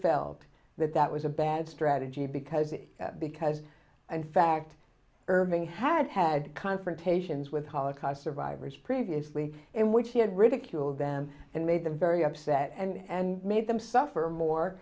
felt that that was a bad strategy because it because in fact irving had had confrontations with holocaust survivors previously in which he had ridiculed them and made them very upset and made them suffer more